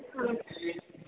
ಹಾಂ